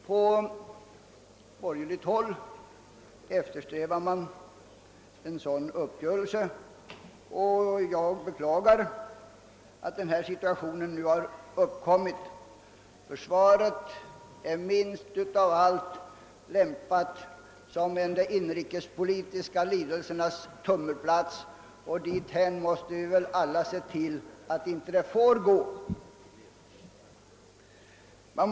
På borgerligt håll eftersträvar vi en uppgörelse, och jag beklagar att den förhandenvarande situationen uppkommit. Försvaret är minst av allt lämpat som en de inrikespolitiska lidelsernas tummelplats, och vi måste alla se till att det inte går dithän.